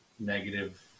Negative